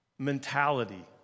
Mentality